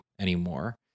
anymore